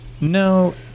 No